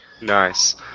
Nice